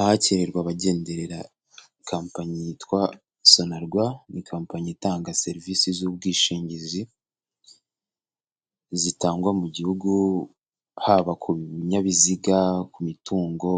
Ahakirirwa abagenderera kampani yitwa sonarwa, ni kampani itanga serivisi z'ubwishingizi zitangwa mu gihugu haba ku binyabiziga ku mitungo